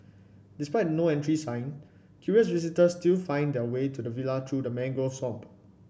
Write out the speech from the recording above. despite the No Entry sign curious visitors still find their way to the villa through the mangrove swamp